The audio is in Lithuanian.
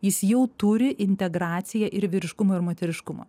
jis jau turi integraciją ir vyriškumo ir moteriškumo